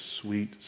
sweet